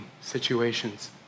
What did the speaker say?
situations